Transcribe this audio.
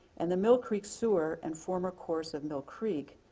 and the mill creek sewer and former course of mill creek,